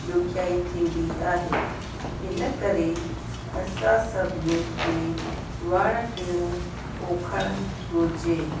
ॾुखियाई थींदी आहे इन करे असां सभिनी खे वण टिण पोखणु घुरिजे